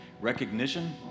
recognition